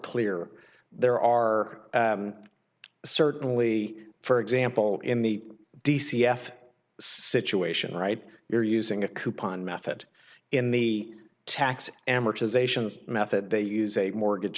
clear there are certainly for example in the d c s situation right you're using a coupon method in the tax amortizations method they use a mortgage